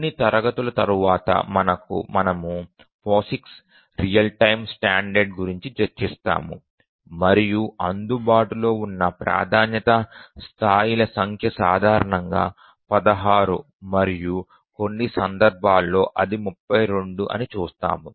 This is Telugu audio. కొన్ని తరగతుల తరువాత మనము POSIX రియల్ టైమ్ స్టాండర్డ్ గురించి చర్చిస్తాము మరియు అందుబాటులో ఉన్న ప్రాధాన్యతా స్థాయిల సంఖ్య సాధారణంగా 16 మరియు కొన్ని సందర్భాల్లో ఇది 32 అని చూస్తాము